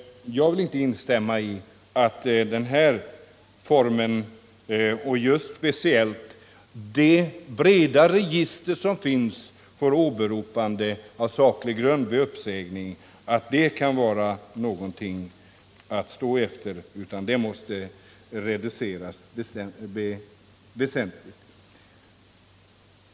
Jag vill inte instämma i att det breda register som finns för åberopande av saklig grund vid uppsägning kan vara någonting att stå efter, utan det måste reduceras väsentligt.